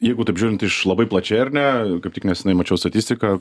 jeigu taip žiūrint iš labai plačiai ar ne kaip tik neseniai mačiau statistiką